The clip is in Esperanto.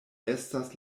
estas